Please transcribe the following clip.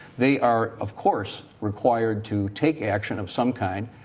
they are, of course, required to take action of some kind.